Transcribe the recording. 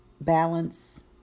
balance